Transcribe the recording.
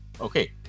Okay